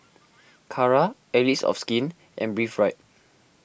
Kara Allies of Skin and Breathe Right